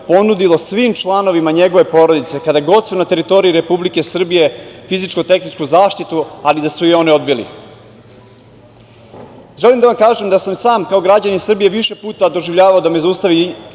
ponudilo svim članovima njegove porodice kada god su na teritoriji Republike Srbije fizičko–tehničku zaštitu, ali da su je oni odbili. Želim da vam kažem da sam sam kao građanin Srbije više puta doživljavao da me zaustavi